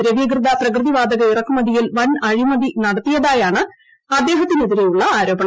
ദ്രവീകൃത പ്രകൃതി വാതക ഇറക്കുമതിയിൽ വൻ അഴിമതി നടത്തിയതായാണ് അദ്ദേഹത്തിനെതിരെയുള്ള ആരോപണം